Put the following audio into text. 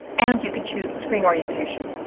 and you can choose the screen orientation.